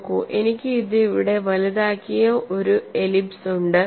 നോക്കൂ എനിക്ക് ഇത് ഇവിടെ വലുതാക്കിയ ഒരു എലിപ്സ് ഉണ്ട്